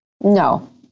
No